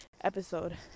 episode